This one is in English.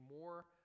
more